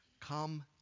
come